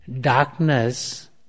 darkness